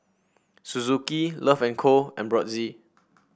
Suzuki Love and Co and Brotzeit